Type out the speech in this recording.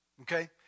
Okay